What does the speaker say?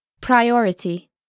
priority